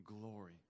glory